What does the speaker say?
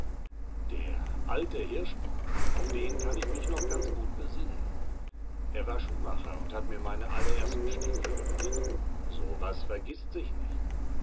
der alte hirschsprung auf den kann ich mich noch ganz gut besinnen er war ein schuhmacher und hat mir meine allerersten stiefel gemacht so was vergißt sich nicht